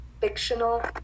fictional